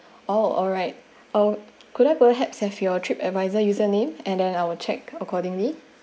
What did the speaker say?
oh alright um could I perhaps have your trip advisor user name and then I will check accordingly